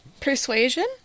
Persuasion